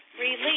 release